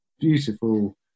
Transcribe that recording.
beautiful